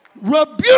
rebuke